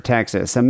Texas